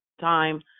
time